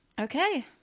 Okay